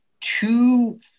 two